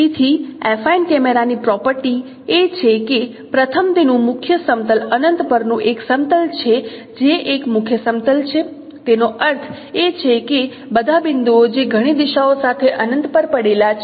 તેથી એફાઇન કેમેરાની પ્રોપર્ટી એ છે કે પ્રથમ તેનું મુખ્ય સમતલ અનંત પરનું એક સમતલ છે જે એક મુખ્ય સમતલ છે તેનો અર્થ એ છે કે બધા બિંદુઓ જે ઘણી દિશાઓ સાથે અનંત પર પડેલા છે